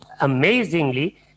Amazingly